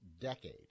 decade